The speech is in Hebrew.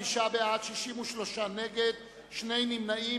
25 בעד, 63 נגד, שני נמנעים.